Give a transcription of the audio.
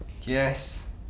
Yes